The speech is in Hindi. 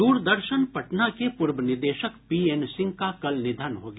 दूरदर्शन पटना के पूर्व निदेशक पी एन सिंह का कल निधन हो गया